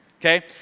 okay